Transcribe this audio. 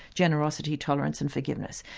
generosity, tolerance and forgiveness.